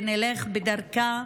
ונלך בדרכה,